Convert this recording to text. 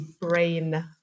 brain